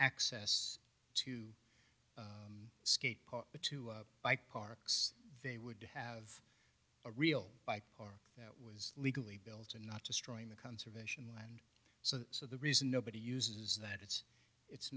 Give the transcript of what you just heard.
access to skate park or to bike parks they would have a real bike park that was legally built and not destroying the conservation land so so the reason nobody uses that it's it's